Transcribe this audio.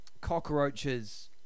cockroaches